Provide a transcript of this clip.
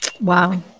Wow